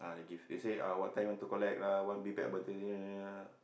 ah they give they say ah what time you want to collect lah one big bag